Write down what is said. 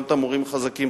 גם את המורים החזקים,